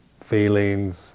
feelings